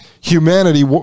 humanity